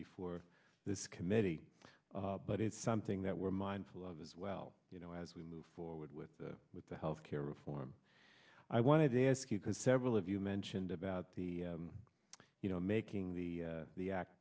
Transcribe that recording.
before this committee but it's something that we're mindful of as well you know as we move forward with the with the health care reform i wanted to ask you because several of you mentioned about the you know making the the act